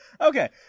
Okay